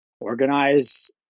organize